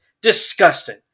Disgusting